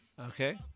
Okay